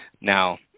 Now